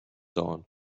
dawn